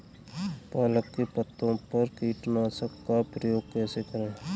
पालक के पत्तों पर कीटनाशक का प्रयोग कैसे करें?